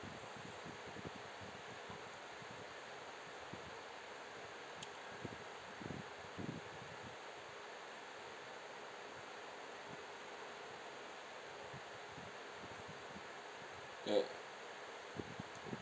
ya